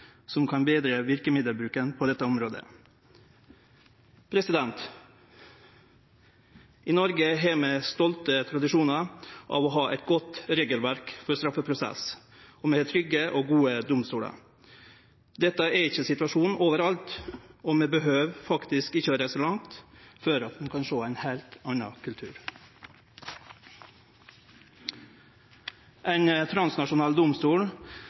som kan betre verkemiddelbruken på dette området. I Noreg har vi stolte tradisjonar med å ha eit godt regelverk for straffeprosess, og vi har trygge og gode domstolar. Dette er ikkje situasjonen over alt, og ein treng faktisk ikkje å reise langt før ein kan sjå ein heilt annan kultur. Ein transnasjonal domstol